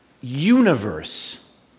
universe